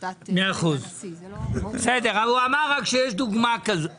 בנושא הזה גם שלחתי מכתב ליועצת המשפטית,